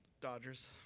Dodgers